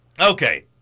Okay